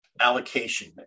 allocation